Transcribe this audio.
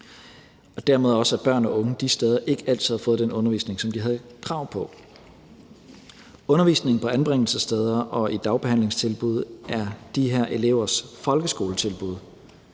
og dermed har børn og unge de steder ikke altid fået den undervisning, som de havde krav på. Undervisningen på anbringelsessteder og i dagbehandlingstilbud er de her elevers folkeskoletilbud.